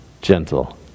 gentle